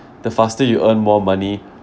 the faster you earn more money